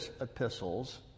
epistles